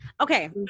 okay